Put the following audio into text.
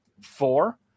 four